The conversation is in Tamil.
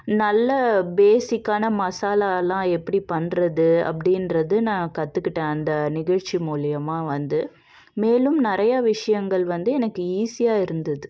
நல்ல பேஸிக்கான மசாலாலெல்லாம் எப்படி பண்ணுறது அப்படின்றது நான் கற்றுக்கிட்டேன் அந்த நிகழ்ச்சி மூலிமா வந்து மேலும் நிறைய விஷயங்கள் வந்து எனக்கு ஈஸியாக இருந்தது